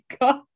God